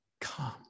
Come